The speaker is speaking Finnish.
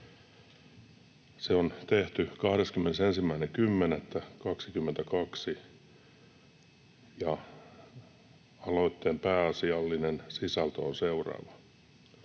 Se on tehty 21.10.22, ja aloitteen pääasiallinen sisältö on seuraava: